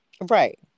Right